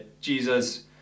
Jesus